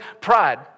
Pride